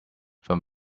from